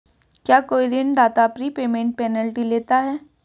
क्या कोई ऋणदाता प्रीपेमेंट पेनल्टी लेता है?